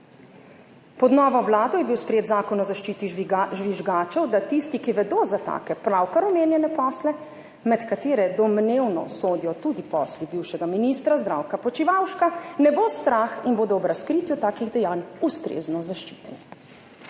Pod novo vlado je bil sprejet zakon o zaščiti žvižgačev, da tistih, ki vedo za take, pravkar omenjene posle, med katere domnevno sodijo tudi posli bivšega ministra Zdravka Počivalška, ne bo strah in bodo ob razkritju takih dejanj ustrezno zaščiteni.